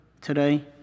today